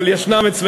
אבל יש בסביבתך,